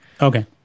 Okay